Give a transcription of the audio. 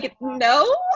no